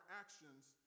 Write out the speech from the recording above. actions